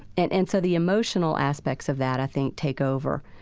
and and so the emotional aspects of that, i think, take over